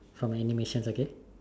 from animations okay